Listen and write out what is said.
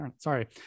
Sorry